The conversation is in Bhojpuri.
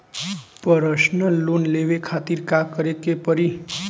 परसनल लोन लेवे खातिर का करे के पड़ी?